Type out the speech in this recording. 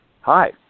hi